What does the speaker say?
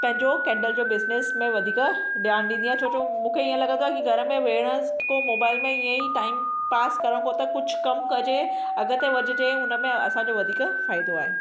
पंहिंजो केन्डल जो बिज़नेस में वधीक ध्यानु ॾींदी आहियां छो जो मूंखे हीअं लॻंदो आहे की घर में वेहण को मोबाइल में इअं ई टाइम पास करणु खों त कुझु कमु कजे अॻिते वधिजे उन में असांजो वधीक फ़ाइदो आहे